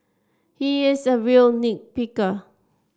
he is a real nit picker